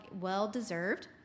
well-deserved